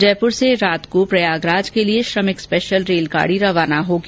जयपुर से रात को प्रयागराज के लिए श्रमिक स्पेशल रेलगाडी रवाना होगी